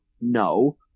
No